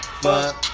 fuck